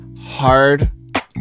hard